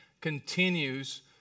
continues